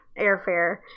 airfare